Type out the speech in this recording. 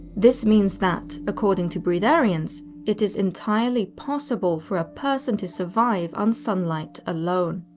this means that, according to breatharians, it is entirely possible for a person to survive on sunlight alone.